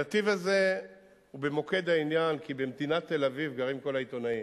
הנתיב הזה הוא במוקד העניין כי במדינת תל-אביב גרים כל העיתונאים.